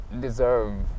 deserve